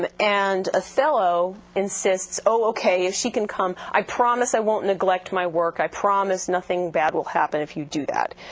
and and othello insists, oh, ok, if she can come, i promise i won't neglect my work. i promise nothing bad will happen if you do that,